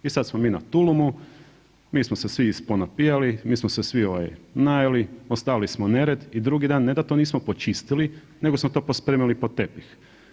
I sad smo mi na tulumu, mi smo se svi isponapijali, mi smo se svi ovaj najeli, ostavili smo nered i drugi dan ne da to nismo počistili nego smo to pospremili pod tepih.